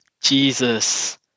Jesus